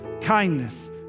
kindness